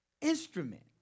instrument